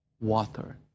water